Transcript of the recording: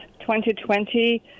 2020